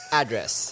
address